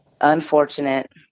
unfortunate